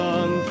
on